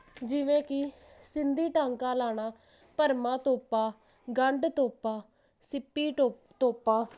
ਜਿਵੇਂ ਕੀ ਸਿੰਧੀ ਟਾਂਕਾ ਲਾਣਾ ਭਰਮਾਂ ਤੋਪਾ ਗੰਢ ਤੋਪਾ ਸਿੱਪੀ ਟੋ ਤੋਪਾ